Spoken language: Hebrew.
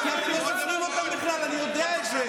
אתה תראה את זה במו עיניך, אני יודע את זה.